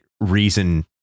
reason